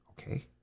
okay